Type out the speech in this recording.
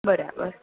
બરાબર